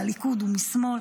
מהליכוד ומשמאל.